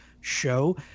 show